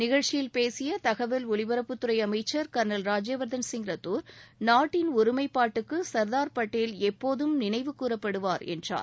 நிகழ்ச்சியில் பேசிய தகவல் ஒலிபரப்புத்துறை அமைச்சர் கர்னல் ராஜ்யவர்தன் ரத்தோர் நாட்டன் ஒருமைப்பாட்டுக்கு சர்தார் பட்டேல் எப்போதும் நினைவுகூறப்படுவார் என்றார்